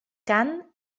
cant